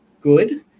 good